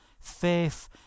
faith